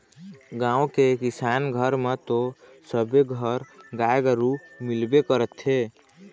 गाँव के किसान घर म तो सबे घर गाय गरु मिलबे करथे